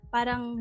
Parang